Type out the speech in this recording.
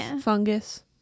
fungus